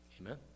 amen